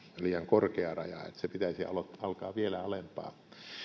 liian korkea raja ja että sen pitäisi alkaa vielä alempaa